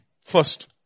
First